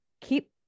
keep